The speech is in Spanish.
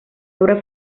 obra